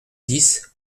dix